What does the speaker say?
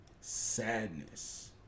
sadness